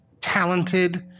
talented